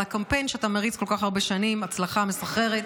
על הקמפיין שאתה מריץ כל כך הרבה שנים הצלחה מסחררת,